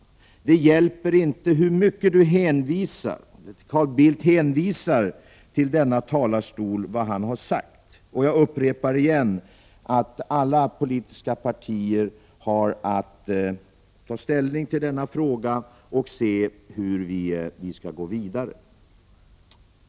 Det hjälper inte hur mycket han hänvisar till vad han har sagt i denna talarstol. Jag upprepar att alla politiska partier har att ta ställning till denna fråga och se hur vi skall gå vidare.